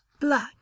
Black